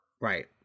Right